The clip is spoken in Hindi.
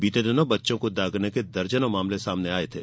बीते दिनो बच्चों को दागने के दर्जनों मामले सामने आये थे